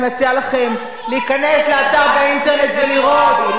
אני מציעה לכם להיכנס לאתר באינטרנט ולראות איזה,